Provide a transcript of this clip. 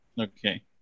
Okay